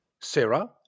Sarah